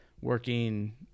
working